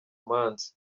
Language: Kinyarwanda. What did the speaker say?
manza